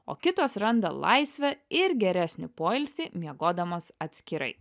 o kitos randa laisvę ir geresnį poilsį miegodamos atskirai